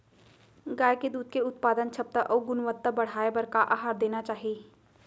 गाय के दूध के उत्पादन क्षमता अऊ गुणवत्ता बढ़ाये बर का आहार देना चाही?